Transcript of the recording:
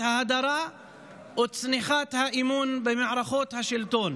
ההדרה או צניחת האמון במערכות השלטון.